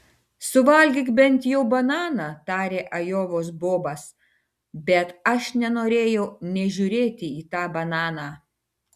suvalgyk bent jau bananą tarė ajovos bobas bet aš nenorėjau nė žiūrėti į tą bananą